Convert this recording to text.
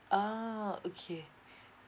oh okay